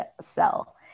sell